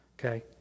Okay